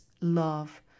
love